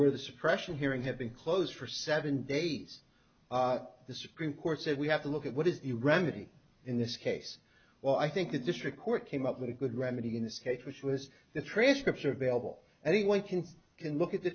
suppression hearing have been closed for seven days the supreme court said we have to look at what is a remedy in this case well i think the district court came up with a good remedy in this case which was the transcripts are available anyone can can look at the